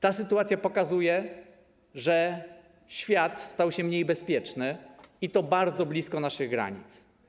Ta sytuacja pokazuje, że świat stał się mniej bezpieczny i to bardzo blisko naszych granic.